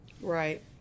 Right